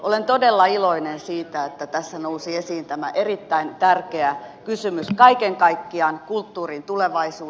olen todella iloinen siitä että tässä nousi esiin tämä erittäin tärkeä kysymys kaiken kaikkiaan kulttuurin tulevaisuus